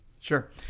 Sure